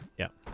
yeah